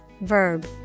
verb